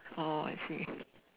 oh I see